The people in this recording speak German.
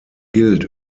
gilt